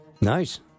Nice